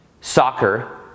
soccer